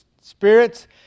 spirits